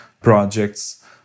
projects